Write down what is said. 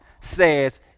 says